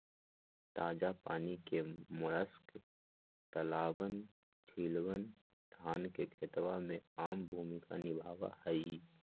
ताजा पानी के मोलस्क तालाबअन, झीलवन, धान के खेतवा में आम भूमिका निभावा हई